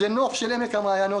זה נוף של עמק המעיינות,